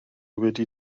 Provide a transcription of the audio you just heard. wedi